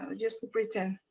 ah just to pretend.